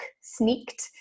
sneaked